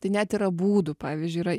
tai net yra būdų pavyzdžiui yra